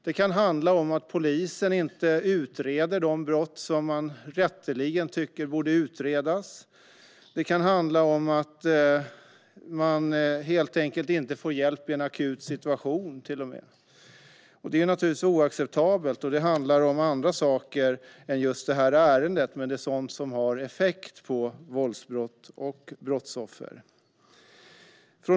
Det kan handla om att polisen inte utreder de brott som man rätteligen tycker borde utredas. Det kan till och med handla om att man helt enkelt inte får hjälp i en akut situation, och det är naturligtvis oacceptabelt. Sådant handlar om andra saker än just det här ärendet, men det är sådant som har effekt på våldsbrott och brottsoffer.